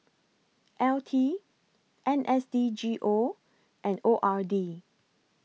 L T N S D G O and O R D